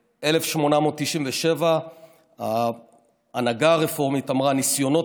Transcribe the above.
ב-1897 ההנהגה הרפורמית אמרה: ניסיונות